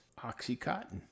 OxyContin